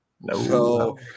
No